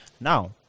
Now